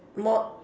more